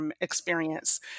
experience